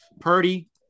Purdy